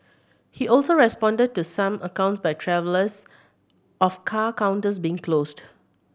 he also responded to some accounts by travellers of car counters being closed